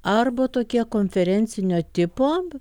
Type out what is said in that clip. arba tokie konferencinio tipo